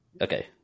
Okay